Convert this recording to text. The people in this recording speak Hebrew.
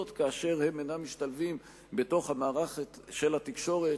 כאשר הם אינם משתלבים במערכת של התקשורת,